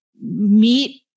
meet